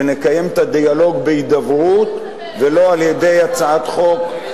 ונקיים את הדיאלוג בהידברות ולא על-ידי הצעת החוק.